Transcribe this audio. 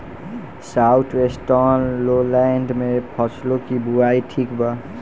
South western lowland में फसलों की बुवाई ठीक बा?